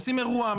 עושים אירוע,